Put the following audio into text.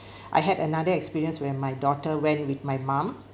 I had another experience where my daughter went with my mom